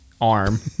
arm